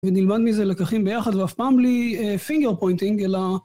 ונלמד מזה לקחים ביחד, ואף פעם בלי פינגר פוינטינג, אלא...